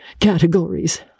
categories